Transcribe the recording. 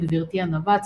בהם גברתי הנאווה,